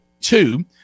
two